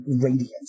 radiance